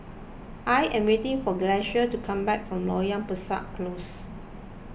I am waiting for Gracie to come back from Loyang Besar Close